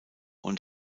und